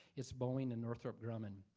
is boeing and northrop grumman.